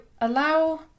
allow